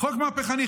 חוק מהפכני,